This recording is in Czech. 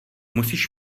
musíš